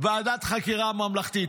ועדת חקירה ממלכתית.